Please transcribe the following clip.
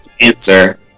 answer